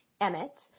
Emmett